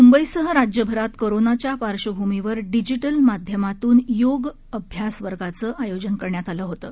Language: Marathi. मुंबईसह राज्यभरात कोरोनाच्या पार्श्वभूमीवर डिजिटल माध्यमातून योग अभ्यासवर्गाचं आयोजन करण्यात आलं होतं